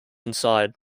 inside